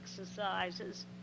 exercises